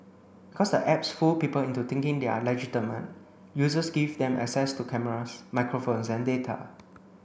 because the apps fool people into thinking they are legitimate users give them access to cameras microphones and data